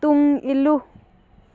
ꯇꯨꯡ ꯏꯂꯨ